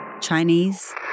Chinese